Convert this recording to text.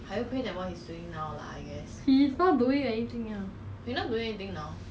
don't know eh maybe something related to the bank cause his math very good